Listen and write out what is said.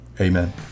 Amen